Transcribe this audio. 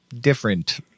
different